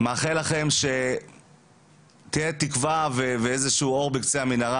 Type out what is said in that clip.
מאחל לכם שתהיה תקווה ואיזשהו אור בקצה המנהרה,